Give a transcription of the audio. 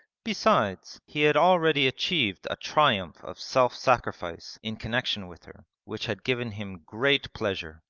besides, he had already achieved a triumph of self-sacrifice in connexion with her which had given him great pleasure,